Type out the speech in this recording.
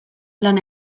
lan